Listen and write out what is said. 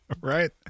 right